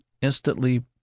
instantly